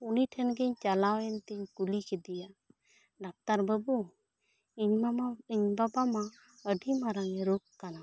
ᱩᱱᱤ ᱴᱷᱮᱱ ᱜᱮᱧ ᱪᱟᱞᱟᱣ ᱮᱱ ᱛᱤᱧ ᱠᱩᱞᱤ ᱠᱮᱫᱮᱭᱟ ᱰᱟᱠᱴᱟᱨ ᱵᱟᱹᱵᱩ ᱤᱧ ᱵᱟᱵᱟ ᱢᱟ ᱟᱹᱰᱤ ᱢᱟᱨᱟᱝ ᱮ ᱨᱳᱜᱽ ᱟᱠᱟᱱᱟ